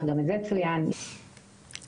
זה מאוד מפריע אחר כך לטיפול בהם.